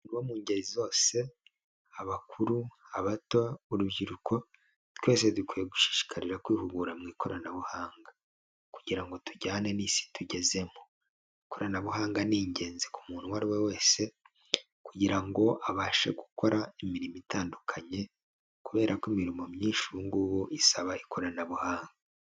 Abantu bo mu ngeri zose abakuru, abato, urubyiruko, twese dukwiye gushishikarira kwihugura mu ikoranabuhanga, kugira ngo tujyane n'isi tugezemo ikoranabuhanga ni ingenzi ku muntu uwo ari we wese, kugira ngo abashe gukora imirimo itandukanye, kubera ko imirimo myinshi ubungubu isaba ikoranabuhanga.